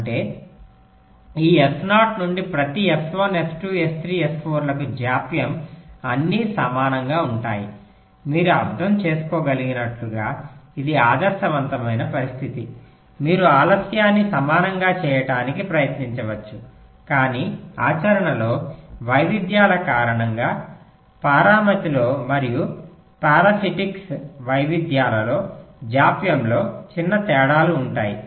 అంటే ఈ S0 నుండి ప్రతి S1 S2 S3 S4 లకు జాప్యం అన్నీ సమానంగా ఉంటాయి మీరు అర్థం చేసుకోగలిగినట్లుగా ఇది ఆదర్శవంతమైన పరిస్థితి మీరు ఆలస్యాన్ని సమానంగా చేయడానికి ప్రయత్నించవచ్చు కానీ ఆచరణలో వైవిధ్యాల కారణంగా పరామితిలో మరియు పారాసిటిక్స్ వైవిధ్యాలలో జాప్యంలో చిన్న తేడాలు ఉంటాయి